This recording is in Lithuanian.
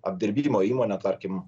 apdirbimo įmonę tvarkim